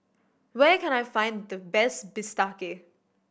where can I find the best bistake